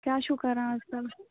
کیٛاہ چھُو کَران آز کَل